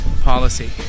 policy